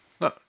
No